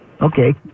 Okay